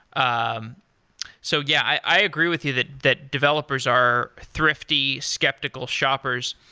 um so yeah, i agree with you that that developers are thrifty, skeptical shoppers.